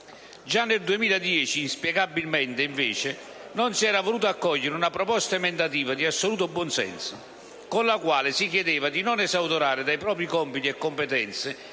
Già nel 2010, inspiegabilmente, invece, non si era voluta accogliere una proposta emendativa di assoluto buonsenso, con la quale si chiedeva di non esautorare dai propri compiti e competenze